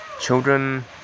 children